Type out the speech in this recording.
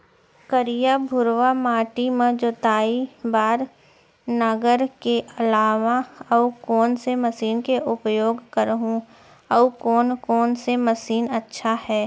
करिया, भुरवा माटी म जोताई बार नांगर के अलावा अऊ कोन से मशीन के उपयोग करहुं अऊ कोन कोन से मशीन अच्छा है?